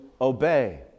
obey